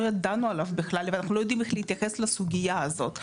לא ידענו עליו ואנחנו לא יודעים איך להתייחס לסוגייה הזאת.